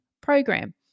program